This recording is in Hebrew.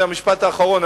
זה המשפט האחרון.